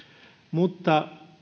mutta